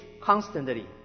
constantly